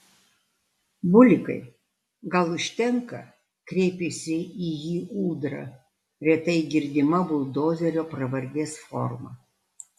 bulikai gal užtenka kreipėsi į jį ūdra retai girdima buldozerio pravardės forma